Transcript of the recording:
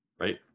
right